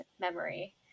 memory